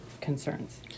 concerns